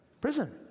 Prison